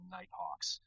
Nighthawks